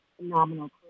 phenomenal